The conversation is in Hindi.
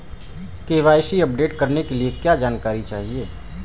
के.वाई.सी अपडेट करने के लिए क्या जानकारी चाहिए?